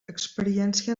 experiència